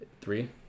three